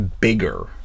bigger